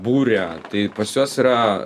buria tai pas juos yra